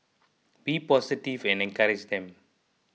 be positive and encourage them